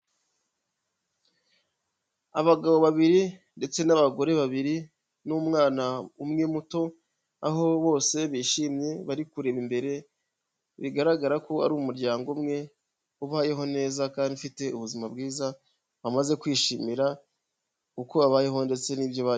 Abagabo babiri ndetse n'abagore babiri n'umwana umwe muto, aho bose bishimye bari kureba imbere bigaragara ko ari umuryango umwe ubayeho neza kandi ufite ubuzima bwiza, bamaze kwishimira uko babayeho ndetse n'ibyo bagezeho.